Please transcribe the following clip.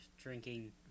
drinking